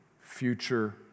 future